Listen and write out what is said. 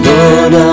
Lord